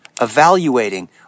evaluating